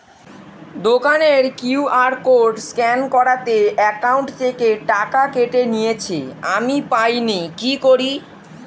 দোকানের QR code scan করাতে account থেকে টাকা কেটে নিয়েছে, আমি পাইনি কি করি?